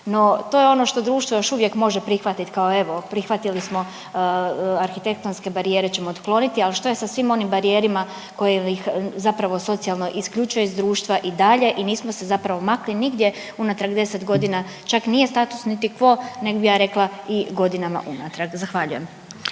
No to je ono što društvo još uvijek može prihvat kao evo prihvatili smo, arhitektonske barijere ćemo otkloniti, al što je sa svim onim barijerima koje ih zapravo socijalno isključuje iz društva i dalje i nismo se zapravo makli nigdje unatrag 10.g., čak nije status niti quo nego bi ja rekla i godinama unatrag, zahvaljujem.